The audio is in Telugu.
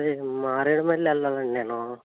అది మారేడుమల్లి వెళ్ళాలండి నేను